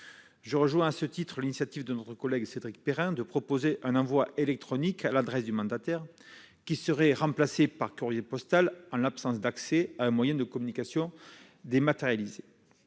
je rejoins l'initiative de Cédric Perrin de proposer un envoi électronique à l'adresse du mandataire, qui serait remplacé par courrier postal en l'absence d'accès à un moyen de communication dématérialisée.